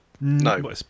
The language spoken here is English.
No